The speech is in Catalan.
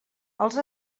els